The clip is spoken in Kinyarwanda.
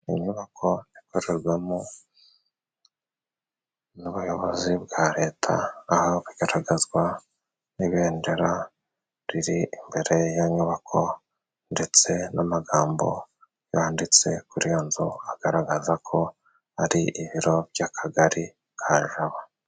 Iyi nyubako ikorerwamo n'ubuyobozi bwa leta aho bigaragazwa n'ibendera riri imbere y'iyo nyubako, ndetse n'amagambo yanditse kuri iyo nzu agaragaza ko ari ibiro by'akagari ka Jabo.